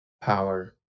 power